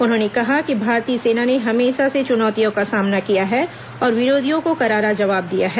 उन्होंने कहा कि भारतीय सेना ने हमेशा से चुनौतियों का सामना किया है और विरोधियों को करारा जवाब दिया है